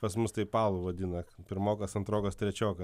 pas mus taip alų vadina pirmokas antrokas trečioką